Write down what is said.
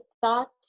thought